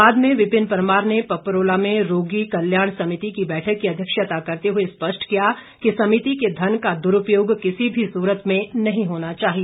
बाद में विपिन परमार ने पपरोला में रोगी कल्याण समिति की बैठक की अध्यक्षता करते हुए स्पष्ट किया कि समिति के धन का दुरुपयोग किसी भी सूरत में नहीं होना चाहिए